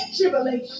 tribulation